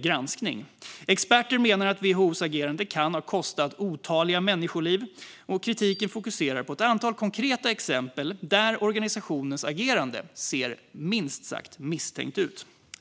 granskning. Experter menar att WHO:s agerande kan ha kostat otaliga människoliv, och kritiken fokuserar på ett antal konkreta exempel där organisationens agerande ser minst sagt misstänkt ut.